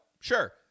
Sure